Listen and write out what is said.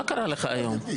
מה קרה לך היום?